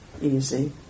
easy